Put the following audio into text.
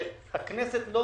הכנסת לא